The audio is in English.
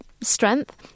strength